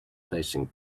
facing